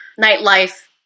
nightlife